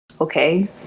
Okay